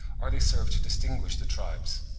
or they serve to distinguish the tribes.